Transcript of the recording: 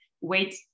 wait